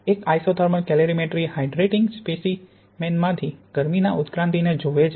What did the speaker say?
એક isothermal calorimetry hydrating specimen માંથી ગરમીના ઉત્ક્રાંતિને જુએ છે